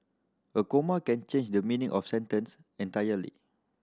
a comma can change the meaning of sentence entirely